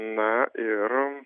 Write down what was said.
na ir